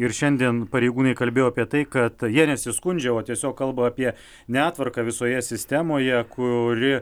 ir šiandien pareigūnai kalbėjo apie tai kad jie nesiskundžia o tiesiog kalba apie netvarką visoje sistemoje kuri